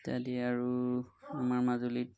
ইত্যাদি আৰু আমাৰ মাজুলীত